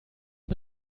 mit